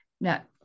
Now